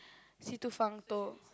Si Tu Feng told